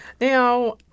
Now